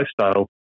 lifestyle